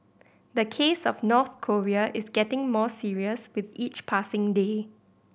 the case of North Korea is getting more serious with each passing day